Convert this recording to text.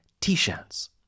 t-shirts